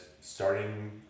starting